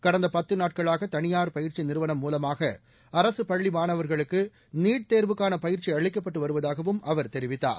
கடந்த பத்து நாட்களாக தனியார் பயிற்சி நிறுவனம் மூலமாக அரசு பள்ளி மாணவர்களுக்கு நீட் தேர்வுக்கான பயிற்சி அளிக்கப்பட்டு வருவதாகவும் அவர் தெரிவித்தார்